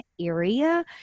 area